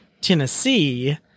Tennessee